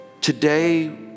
Today